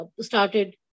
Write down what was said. started